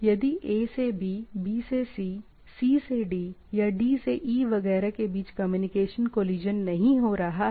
यदि A से B B से C C से D या D से E वगैरह के बीच कम्युनिकेशन कोलिशन नहीं हो रहा है